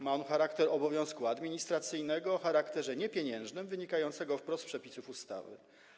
Ma on charakter obowiązku administracyjnego o charakterze niepieniężnym wynikającego wprost z przepisów ustawy.